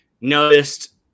noticed